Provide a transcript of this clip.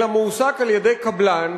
אלא מועסק על-ידי קבלן,